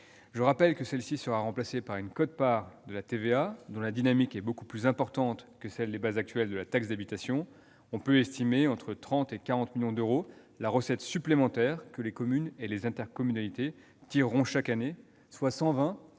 Je rappelle que cette dernière sera remplacée par une quote-part de la TVA, dont la dynamique est beaucoup plus importante que celle des bases actuelles de la taxe d'habitation. On peut estimer entre 30 et 40 millions d'euros la recette supplémentaire que les communes et les intercommunalités en tireront chaque année, soit 120 à